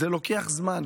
זה לוקח זמן